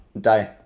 die